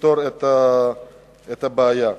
את הבעיה.